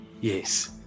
Yes